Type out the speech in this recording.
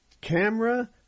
camera